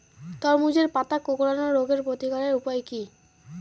তরমুজের পাতা কোঁকড়ানো রোগের প্রতিকারের উপায় কী?